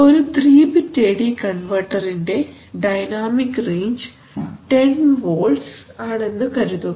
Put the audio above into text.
ഒരു 3 bit A D കൺവെർട്ടറിന്റെ dynamic range 10 volts ആണെന്ന് കരുതുക